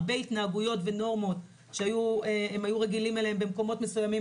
הרבה התנהגויות ונורמות שהיו רגילים להם במקומות מסוימים,